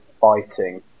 fighting